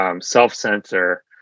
Self-censor